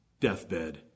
deathbed